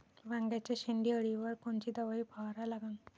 वांग्याच्या शेंडी अळीवर कोनची दवाई फवारा लागन?